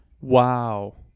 wow